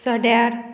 सड्यार